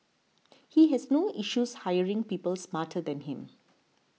he has no issues hiring people smarter than him